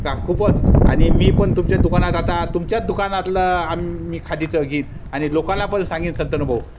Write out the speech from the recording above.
का खूपच आणि मी पण तुमच्या दुकानात आता तुमच्याच दुकानातलं आम्ही खादीचं घेईन आणि लोकाला पण सांगेन संतनूभाऊ